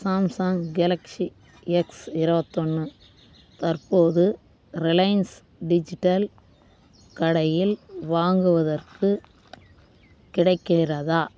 Samsung Galaxy X இருபத்தொன்னு தற்போது Reliance digital கடையில் வாங்குவதற்கு கிடைக்கிறதா